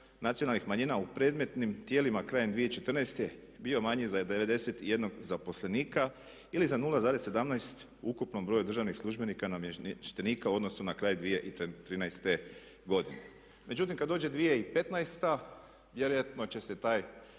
nacionalnih manjina u predmetnim tijelima krajem 2014. bio manji za 91 zaposlenika ili za 0,17 u ukupnom broju državnih službenika, namještenika u odnosu na kraj 2013. godine. Međutim, kada dođe 2015. vjerojatno će se taj